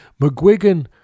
McGuigan